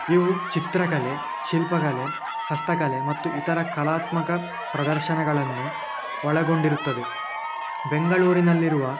ಇವು ಚಿತ್ರಕಲೆ ಶಿಲ್ಪಕಲೆ ಹಸ್ತಕಲೆ ಮತ್ತು ಇತರ ಕಲಾತ್ಮಕ ಪ್ರದರ್ಶನಗಳನ್ನು ಒಳಗೊಂಡಿರುತ್ತದೆ ಬೆಂಗಳೂರಿನಲ್ಲಿರುವ